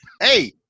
hey